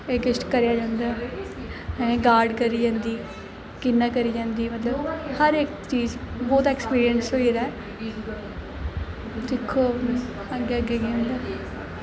एह् किश करेआ जंदा ऐ गार्ड करी जंदी कि'यां करी जंदी मतलब हर इक चीज बहोत एक्सपीरियंस होई दा ऐ दिक्खो अग्गें अग्गें केह् होंदा ऐ